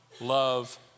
love